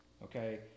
Okay